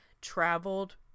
traveled